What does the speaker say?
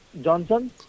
Johnson